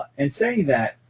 and saying that,